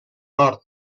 nord